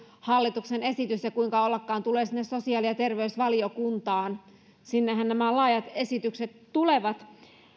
hallituksen esitys ja kuinka ollakaan se tulee sosiaali ja terveysvaliokuntaan sinnehän nämä laajat esitykset tulevat